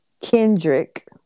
Kendrick